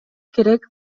керек